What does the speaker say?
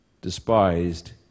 despised